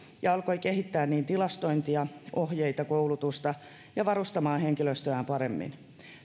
ja alkoivat niin kehittää tilastointia ohjeita ja koulutusta kuin varustamaan henkilöstöään paremmin